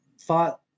thought